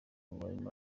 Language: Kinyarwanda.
muri